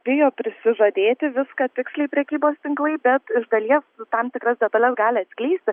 bijo prisižadėti viską tiksliai prekybos tinklai bet dalies tam tikras detales gali atskleisti